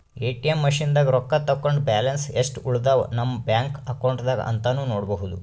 ATM ಮಷಿನ್ದಾಗ್ ರೊಕ್ಕ ತಕ್ಕೊಂಡ್ ಬ್ಯಾಲೆನ್ಸ್ ಯೆಸ್ಟ್ ಉಳದವ್ ನಮ್ ಬ್ಯಾಂಕ್ ಅಕೌಂಟ್ದಾಗ್ ಅಂತಾನೂ ನೋಡ್ಬಹುದ್